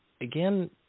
again